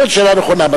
הוא שואל שאלה נכונה,